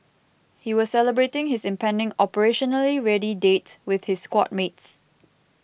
he was celebrating his impending operationally ready date with his squad mates